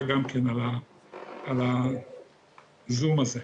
שנמצא בזום הזה.